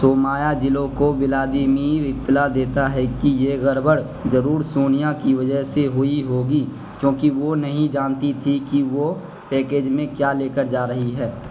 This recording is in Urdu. سومایاجلو کو ولادیمیر اطلاع دیتا ہے کہ یہ گڑبڑ ضرور سونیا کی وجہ سے ہوئی ہوگی کیونکہ وہ نہیں جانتی تھی کہ وہ پیکیج میں کیا لے کر جا رہی ہے